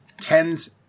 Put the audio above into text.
tens